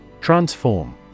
Transform